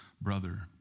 brother